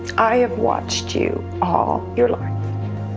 i have watched you all your life,